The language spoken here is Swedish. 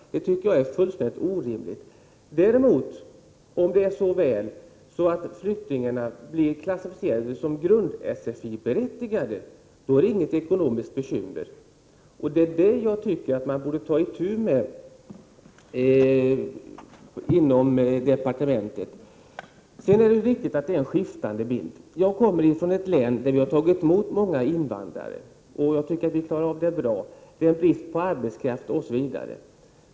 Det tycker jag är fullständigt orimligt. Om det däremot är så väl att flyktingarna blir klassificerade såsom berättigade till grund-sfi, blir det inget ekonomiskt bekymmer. Detta tycker jag att man borde ta itu med inom departementet. Det är riktigt att bilden är skiftande. Jag kommer från ett län där vi har tagit emot många invandrare. Jag tycker att vi klarar av det bra. Det är brist på arbetskraft osv.